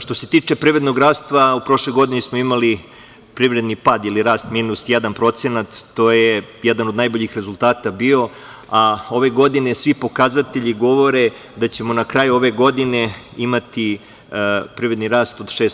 Što se tiče privrednog rasta, u prošloj godini smo imali privredni pad ili rast od minus jedan procenat, što je bio jedan od najboljih rezultata, a ove godine svi pokazatelji govore da ćemo na kraju ove godine imati privredni rast od 6%